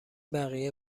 بقیه